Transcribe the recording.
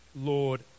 Lord